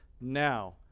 now